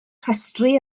rhestru